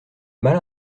mal